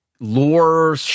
Lore